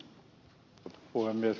herra puhemies